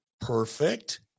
Perfect